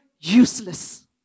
useless